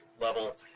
level